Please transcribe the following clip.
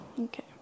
okay